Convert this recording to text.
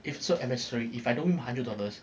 if so if I don't win my hundred dollars